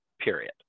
period